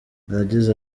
yagize